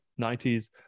90s